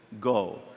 go